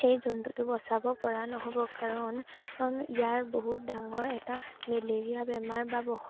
সেই জন্তুটো বচাব পৰা নহ'ব কাৰণ ইয়াৰ বহুত ডাঙৰ এটা মেলেৰিয়া বেমাৰ বা বসন্ত